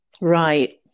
Right